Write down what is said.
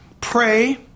Pray